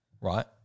right